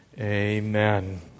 Amen